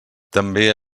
també